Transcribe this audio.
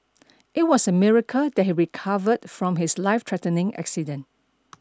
it was a miracle that he recovered from his life threatening accident